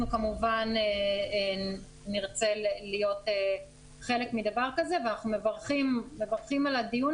אנחנו כמובן נרצה להיות חלק מדבר כזה ואנחנו מברכים על הדיון